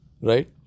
right